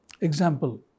Example